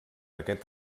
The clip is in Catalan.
aquest